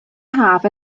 haf